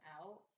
out